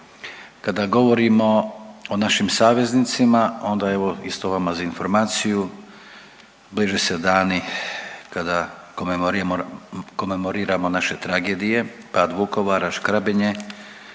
Kada govorimo o našim saveznicima, onda evo, isto vama za informaciju, bliže se dani kada komemoriramo naše tragedije, pad Vukovar, Škrabinje,